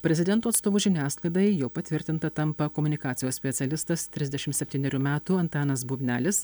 prezidento atstovu žiniasklaidai jau patvirtinta tampa komunikacijos specialistas trisdešim septynerių metų antanas bubnelis